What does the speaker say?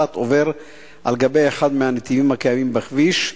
1 עובר על גבי אחד מהנתיבים הקיימים בכביש,